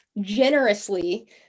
generously